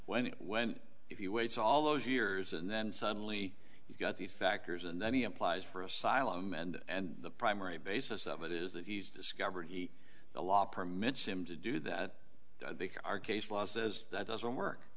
when when if you waits all those years and then suddenly you've got these factors and then he applies for asylum and the primary basis of it is that he's discovered the law permits him to do that our case law says that doesn't work